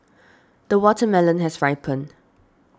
the watermelon has ripened